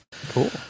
Cool